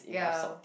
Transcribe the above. ya